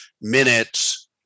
minutes